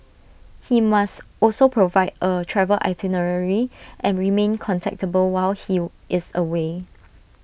he must also provide A travel itinerary and remain contactable while he is away